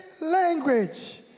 language